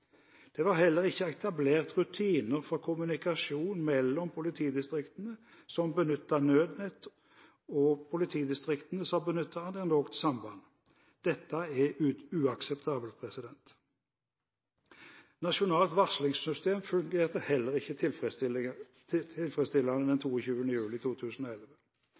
Det var heller ikke etablert rutiner for kommunikasjon mellom politidistriktene som benyttet Nødnett, og politidistriktene som benyttet analogt samband. Dette er uakseptabelt. Nasjonalt varslingssystem fungerte heller ikke tilfredsstillende den 22. juli 2011.